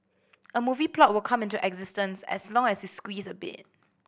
a movie plot will come into existence as long as you squeeze a bit